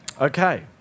Okay